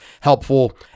helpful